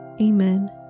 Amen